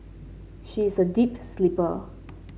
she is a deep sleeper